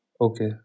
Okay